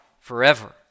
forever